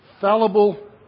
fallible